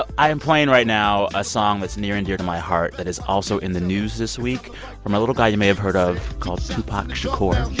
i am playing right now a song that's near and dear to my heart that is also in the news this week from a little guy you may have heard of called so tupac shakur